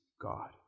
God